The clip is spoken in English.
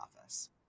office